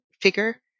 figure